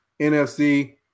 NFC